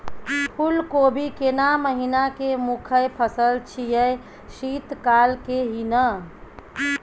फुल कोबी केना महिना के मुखय फसल छियै शीत काल के ही न?